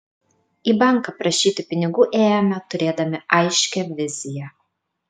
į banką prašyti pinigų ėjome turėdami aiškią viziją